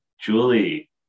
Julie